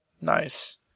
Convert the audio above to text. Nice